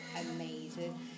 amazing